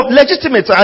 legitimate